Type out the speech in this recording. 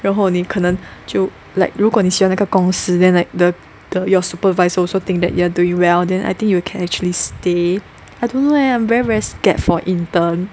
然后你可能就 like 如果你选哪个公司 then like the the your supervisor also think that you are doing well then I think you can actually stay I don't know leh I very very scared for intern